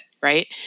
right